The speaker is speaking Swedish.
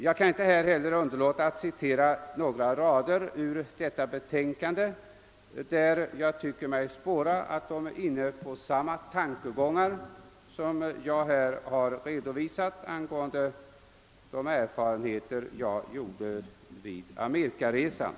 Jag kan inte heller underlåta att här citera några rader ur detta betänkande, där jag tycker mig spåra, att man är inne på samma tankegångar, som jag här redovisat från de erfarenheter jag gjorde under Amerikaresan.